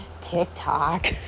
tiktok